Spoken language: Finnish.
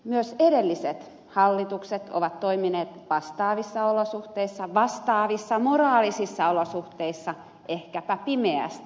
myös edelliset hallitukset ovat toimineet vastaavissa olosuhteissa vastaavissa moraalisissa olosuhteissa ehkäpä pimeästi